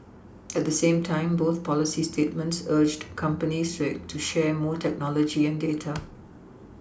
at the same time both policy statements urged companies to share more technology and data